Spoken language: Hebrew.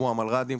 כמו המלר"דים,